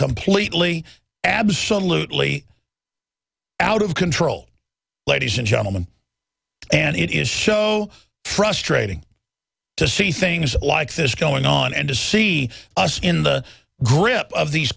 completely absolutely out of control ladies and gentlemen and it is show frustrating to see things like this going on and to see us in the grip of these